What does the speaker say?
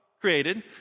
Created